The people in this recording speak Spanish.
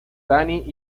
danny